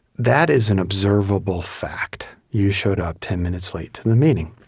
that is an observable fact. you showed up ten minutes late to the meeting.